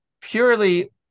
purely